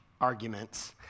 arguments